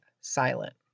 silent